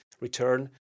return